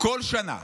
בכל שנה,